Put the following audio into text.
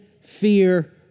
fear